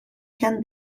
can